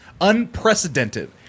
Unprecedented